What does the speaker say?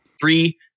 three